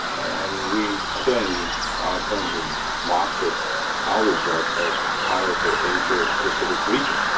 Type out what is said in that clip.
and we certainly are going to market our resort as part of the asia pacific region.